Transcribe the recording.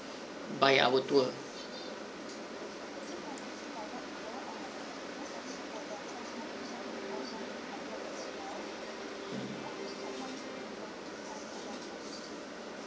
by our tour